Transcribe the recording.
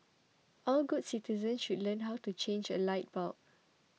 all good citizens should learn how to change a light bulb